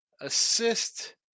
assist